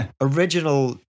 original